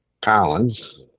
Collins